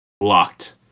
locked